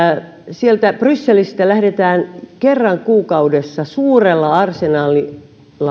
sieltä brysselistä lähdetään kerran kuukaudessa suurella arsenaalilla